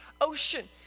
ocean